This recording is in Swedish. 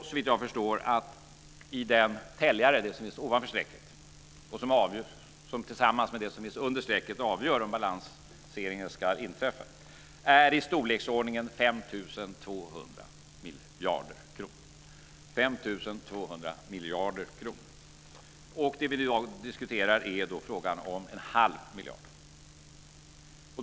Såvitt jag förstår är täljaren, alltså det som är ovanför strecket och som tillsammans med det som finns under strecket avgör om balanseringen ska inträffa, är i storleksordningen 5 200 miljarder kronor - 5 200 miljarder! Det vi i dag diskuterar är frågan om en halv miljard.